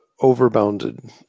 overbounded